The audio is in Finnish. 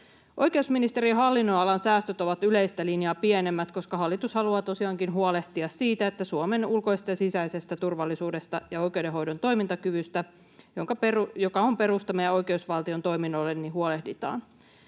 Oikeusministeriön hallinnonalan säästöt ovat yleistä linjaa pienemmät, koska hallitus haluaa tosiaankin huolehtia siitä, että Suomen ulkoisesta ja sisäisestä turvallisuudesta ja oikeudenhoidon toimintakyvystä, joka on perusta meidän oikeusvaltion toiminnoille, huolehditaan.